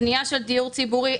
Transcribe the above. קנייה של דיור ציבורי.